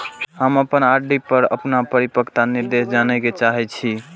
हम अपन आर.डी पर अपन परिपक्वता निर्देश जाने के चाहि छी